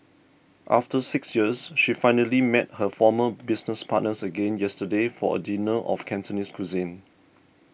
after six years she finally met her former business partners again yesterday for a dinner of Cantonese cuisine